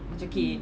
mm